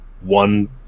one